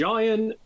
Giant